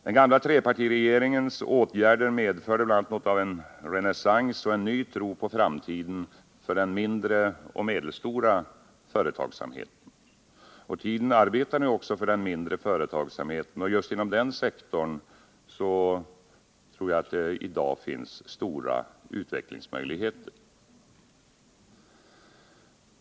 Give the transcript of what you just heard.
Den gamla trepartiregeringens åtgärder medförde bl.a. något av en renässans och en ny tro på framtiden för den mindre och medelstora företagsamheten. Tiden arbetar nu också för den mindre företagsamheten, och just inom den sektorn tror jag att det i dag finns stora utvecklingsmöjligheter.